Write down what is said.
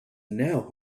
now